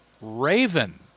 Raven